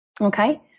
Okay